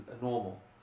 normal